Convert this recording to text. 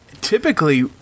Typically